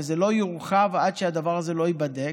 וזה לא יורחב עד שהדבר הזה ייבדק.